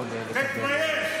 תתבייש.